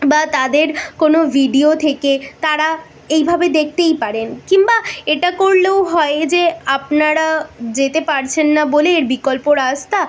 বা তাদের কোনো ভিডিও থেকে তারা এইভাবে দেখতেই পারেন কিংবা এটা করলেও হয় যে আপনারা যেতে পারছেন না বলে এর বিকল্প রাস্তা